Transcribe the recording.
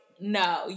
no